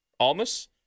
Almas